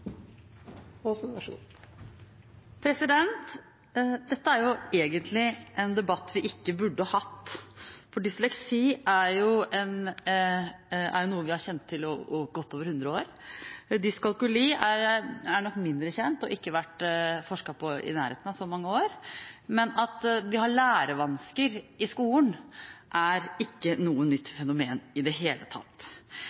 egentlig en debatt vi ikke burde hatt, for dysleksi er noe vi har kjent til i godt over hundre år. Dyskalkuli er nok mindre kjent og har ikke vært forsket på i nærheten av så mange år. Men at vi har lærevansker i skolen, er ikke noe nytt